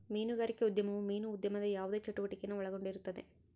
ಮೀನುಗಾರಿಕೆ ಉದ್ಯಮವು ಮೀನು ಉದ್ಯಮದ ಯಾವುದೇ ಚಟುವಟಿಕೆನ ಒಳಗೊಂಡಿರುತ್ತದೆ